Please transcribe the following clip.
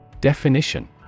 Definition